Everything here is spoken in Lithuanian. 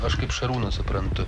aš kaip šarūnas suprantu